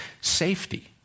Safety